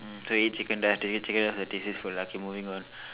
mm tandoori chicken ah tandoori chicken is the tastiest food okay lah moving on